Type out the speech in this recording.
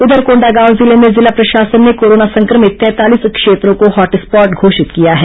उधर कोंडगांव जिले में जिला प्रशासन ने कोरोना संक्रमित तैंतालीस क्षेत्रों को हाट स्पॉट घोषित किया है